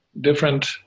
Different